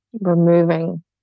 removing